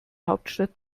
hauptstadt